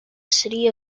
city